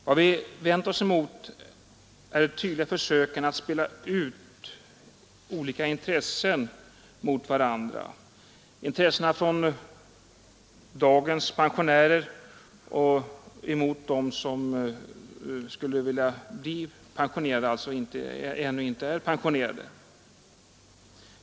Vad vi vänt oss emot är försöken att spela ut olika intressen emot varandra — de intressen som dagens pensionärer har mot de intressen som andra grupper har av en lägre pensionsålder.